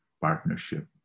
partnership